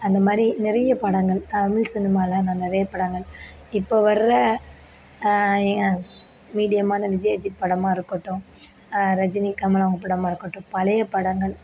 அந்தமாதிரி நிறைய படங்கள் தமிழ் சினிமாவில் நான் நிறைய படங்கள் இப்போ வர்ற மீடியமான விஜய் அஜித் படமாக இருக்கட்டும் ரஜினி கமல் அவங்க படமாக இருக்கட்டும் பழைய படங்கள்